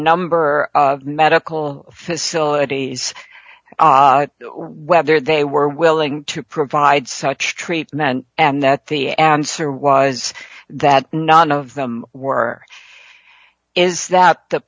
number of medical facilities whether they were willing to provide such treatment and that the answer was that none of them were is that the